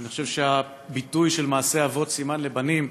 אני חושב שהביטוי "מעשה אבות סימן לבנים"